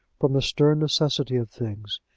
from the stern necessity of things,